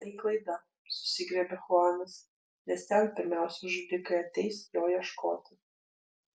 tai klaida susigriebė chuanas nes ten pirmiausia žudikai ateis jo ieškoti